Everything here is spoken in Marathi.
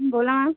बोला